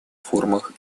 формах